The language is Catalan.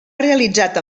realitzat